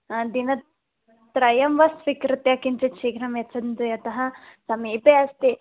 हा दिनत्रयं वा स्वीकृत्य किञ्चित् शीघ्रं यच्छन्तु यतः समीपे अस्ति